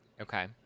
Okay